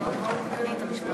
ומשפט